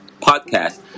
podcast